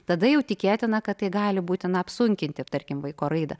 tada jau tikėtina kad tai gali būti na apsunkinti tarkim vaiko raidą